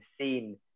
seen